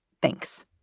thanks.